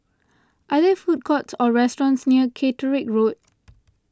are there food courts or restaurants near Caterick Road